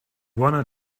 wanna